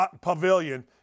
Pavilion